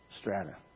strata